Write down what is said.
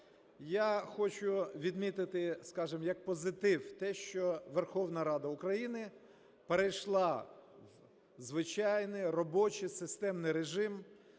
Я хочу відмітити, скажемо, як позитив те, що Верховна Рада України перейшла в звичайний робочий системний режим,